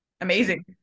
amazing